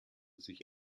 sich